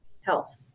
health